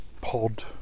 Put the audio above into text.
pod